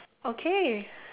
okay